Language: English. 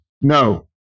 No